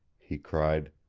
he cried.